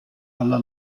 alla